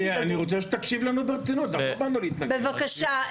השר עודד פורר, בבקשה.